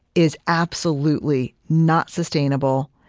is absolutely not sustainable.